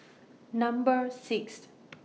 Number six